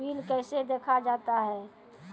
Bill कैसे देखा जाता हैं?